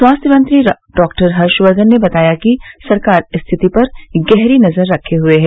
स्वास्थ्य मंत्री डॉक्टर हर्षवर्धन ने बताया कि सरकार स्थिति पर गहरी नजर रखे हए है